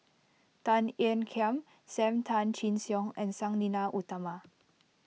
Tan Ean Kiam Sam Tan Chin Siong and Sang Nila Utama